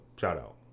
shout-out